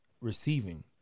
receiving